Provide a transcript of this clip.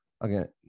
again